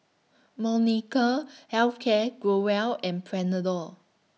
Molnylcke Health Care Growell and Panadol